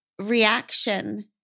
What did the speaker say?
reaction